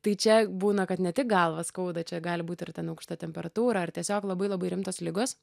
tai čia būna kad ne tik galvą skauda čia gali būt ir ten aukšta temperatūra ar tiesiog labai labai rimtos ligos